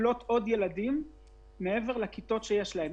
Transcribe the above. לקלוט ילדים נוספים מעבר לכיתות שיש להם.